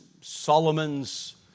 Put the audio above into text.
Solomon's